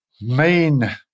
main